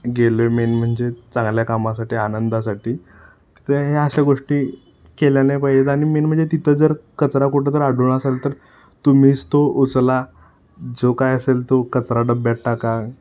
गेलो आहे मेन म्हणजे चांगल्या कामासाठी आनंदासाठी तर ह्या अशा गोष्टी केल्या नाही पाहिजेत आणि मेन म्हणजे तिथं जर कचरा कुठं जर आढळून असाल तर तुम्हीच तो उचला जो काय असेल तो कचरा डब्यात टाका